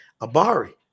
Abari